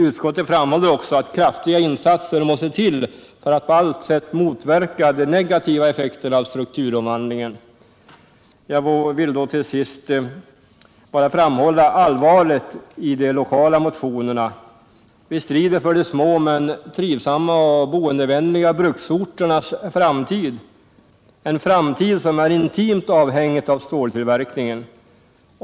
Utskottet framhåller också att kraftiga insatser måste till för att på allt sätt motverka de negativa effekterna av strukturomvandlingen. Jag vill då till sist bara framhålla allvaret i de lokala motionerna. Vi strider för de små men trivsamma och boendevänliga bruksorternas framtid, som är intimt avhängig av ståltillverkningen.